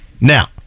now